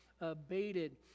abated